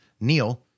Neil